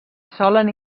solen